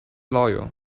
loyal